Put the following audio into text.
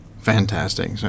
Fantastic